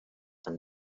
and